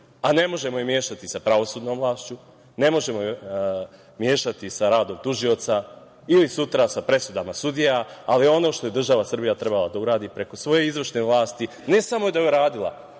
a ne možemo je mešati sa pravosudnom vlašću, ne možemo je mešati sa radom tužioca ili sutra sa presudama sudija, ali ono što je država Srbija trebala da uradi preko svoje izvršne vlasti, ne samo da je uradila,